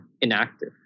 inactive